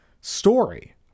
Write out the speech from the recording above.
story